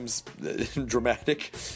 dramatic